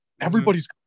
Everybody's